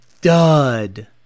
DUD